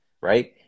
right